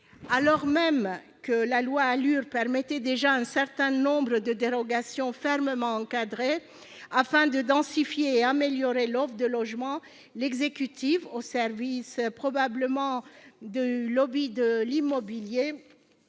Alors même que la loi ALUR permet déjà un certain nombre de dérogations, fermement encadrées, afin de densifier et d'améliorer l'offre de logements, l'exécutif, probablement au service de lobbies de l'immobilier,